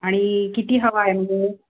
आणि किती हवा आहे